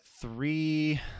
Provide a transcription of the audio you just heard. three